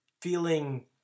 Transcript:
feeling